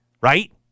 right